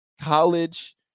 college